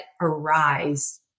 arise